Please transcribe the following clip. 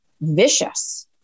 vicious